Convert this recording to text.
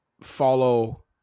follow